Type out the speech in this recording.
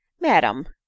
madam